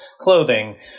clothing